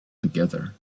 together